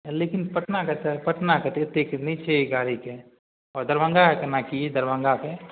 लेकिन पटनाके तऽ पटनाके एतेक नहि छै ई गाड़ीके आओर दरभङ्गाके कोना कि दरभङ्गाके